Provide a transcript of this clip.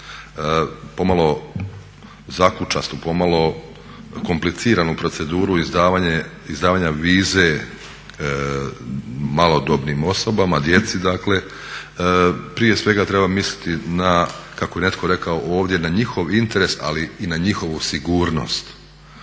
pomalo zakučastu, pomalo kompliciranu proceduru izdavanja vize malodobnim osobama, djeci dakle. Prije svega treba misliti na kako je netko rekao ovdje na njihov interes ali i na njihovu sigurnost.